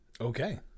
Okay